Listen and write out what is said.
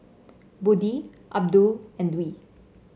Budi Abdul and Dwi